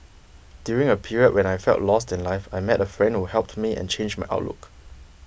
during a period when I felt lost in life I met a friend who helped me and changed my outlook